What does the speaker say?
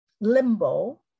limbo